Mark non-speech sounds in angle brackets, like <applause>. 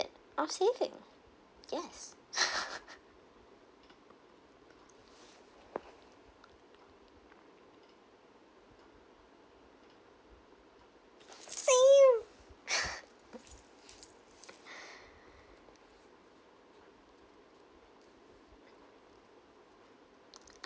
of saving yes <laughs> same <laughs> <breath>